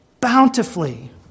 bountifully